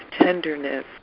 tenderness